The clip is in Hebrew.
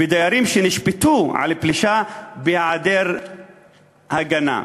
ודיירים שנשפטו על פלישה בהיעדר הגנה.